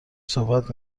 صحبت